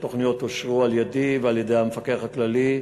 התוכניות אושרו על-ידי ועל-ידי המפקח הכללי,